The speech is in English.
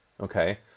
Okay